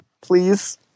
Please